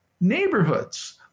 neighborhoods